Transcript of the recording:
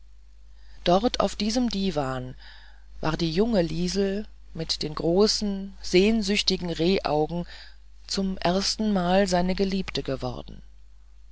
dort auf diesem diwan war die junge liesel mit den großen sehnsüchtigen rehaugen zum erstenmal seine geliebte geworden